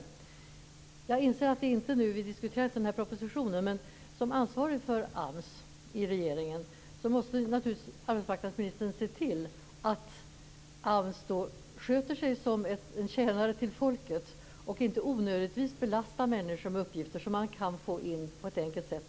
Jag inser att vi nu inte diskuterar den här propositionen, men som ansvarig för AMS i regeringen måste naturligtvis arbetsmarknadsministern se till att AMS sköter sig som en tjänare till folket och inte onödigtvis belastar människor med uppgifter som man enkelt kan lösa på annat vis.